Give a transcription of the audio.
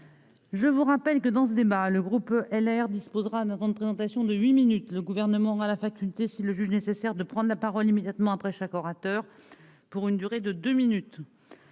Je vous rappelle que dans ce débat, le groupe LR disposera notamment de présentation de 8 minutes, le gouvernement a la faculté s'il le juge nécessaire de prendre la parole immédiatement après chaque orateur pour une durée de 2 minutes